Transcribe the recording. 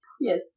Yes